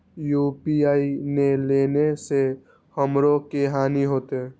UPI ने लेने से हमरो की हानि होते?